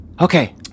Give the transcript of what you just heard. Okay